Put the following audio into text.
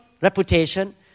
reputation